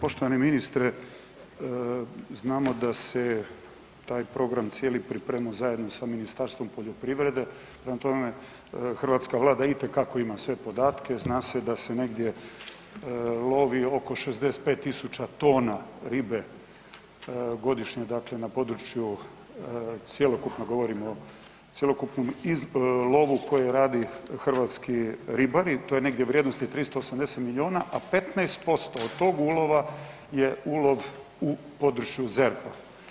Poštovani ministre, znamo da se taj program cijeli pripremao zajedno sa Ministarstvom poljoprivrede, prema tome, hrvatska Vlada itekako ima sve podatke, zna se da se negdje lovi oko 65 tisuća tona ribe godišnje dakle na području cjelokupno govorimo, cjelokupnom lovu koje radi hrvatski ribari, to je negdje vrijednosti 380 milijuna, a 15% od tog ulova je ulov u području ZERP-a.